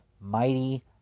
Mighty